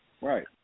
Right